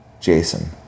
Jason